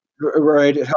right